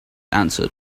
answered